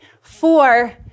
four